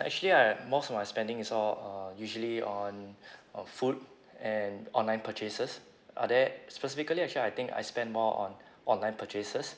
actually I most of my spending is all uh usually on uh food and online purchases uh there specifically actually I think I spend more on online purchases